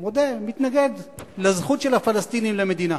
מודה, מתנגד לזכות של הפלסטינים למדינה.